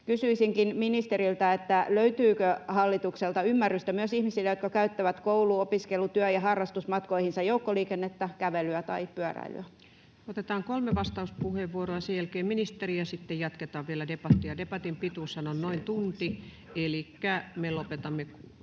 Kysyisinkin ministeriltä: löytyykö hallitukselta ymmärrystä myös ihmisille, jotka käyttävät koulu-, opiskelu-, työ- ja harrastusmatkoihinsa joukkoliikennettä, kävelyä tai pyöräilyä? Otetaan kolme vastauspuheenvuoroa ja sen jälkeen ministeri ja sitten jatketaan vielä debattia. Debatin pituushan on noin tunti,